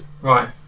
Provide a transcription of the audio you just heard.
Right